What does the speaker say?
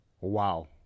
Wow